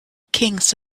kings